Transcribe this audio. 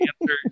answer